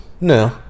no